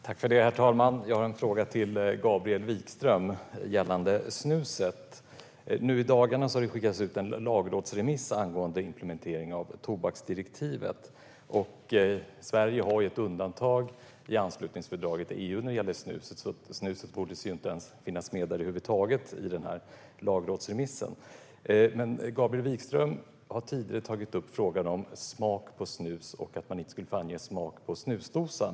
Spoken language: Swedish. Herr talman! Jag har en fråga till Gabriel Wikström gällande snuset. I dagarna har det skickats ut en lagrådsremiss angående implementering av tobaksdirektivet. Sverige har ett undantag i anslutningsfördraget i fråga om EU när det gäller snuset. Snuset borde alltså inte finnas med över huvud taget i den här lagrådsremissen. Gabriel Wikström har tidigare tagit upp frågan om smak på snus och att man inte skulle få ange smak på snusdosan.